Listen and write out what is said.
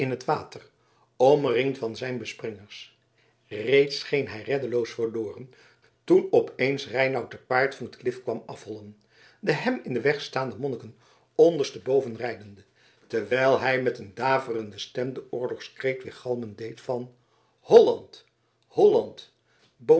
omringd van zijn bespringers reeds scheen hij reddeloos verloren toen op eens reinout te paard van het klif kwam af hollen de hem in den weg staande monniken onderstboven rijdende terwijl hij met een daverende stem den oorlogskreet weergalmen deed van holland holland